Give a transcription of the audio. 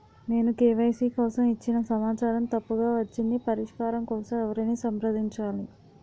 నేను కే.వై.సీ కోసం ఇచ్చిన సమాచారం తప్పుగా వచ్చింది పరిష్కారం కోసం ఎవరిని సంప్రదించాలి?